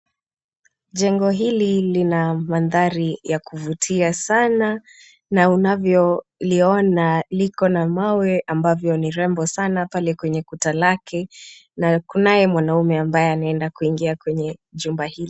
Jengo hili lina mandhari ya kuvutia sana na unavyoliona liko na mawe ambavyo ni rembo sana pale kwenye kuta lake na kunaye mwanaume ambaye anaenda kuingia kwenye jumba hili.